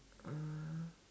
uh